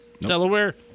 Delaware